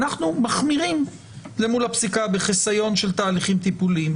ואנחנו מחמירים למול הפסיקה בחיסיון של תהליכים טיפוליים.